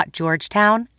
georgetown